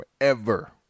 forever